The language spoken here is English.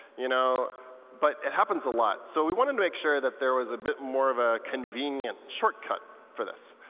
you know but it happens a lot. so we wanted to make sure that there was a bit more of a convenient shortcut for this.